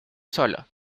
solo